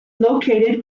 located